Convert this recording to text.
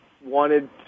wanted